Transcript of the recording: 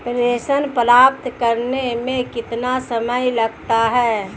प्रेषण प्राप्त करने में कितना समय लगता है?